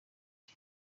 rev